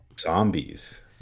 zombies